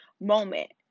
moment